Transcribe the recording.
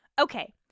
Okay